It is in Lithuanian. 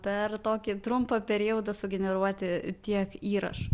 per tokį trumpą periodą sugeneruoti tiek įrašų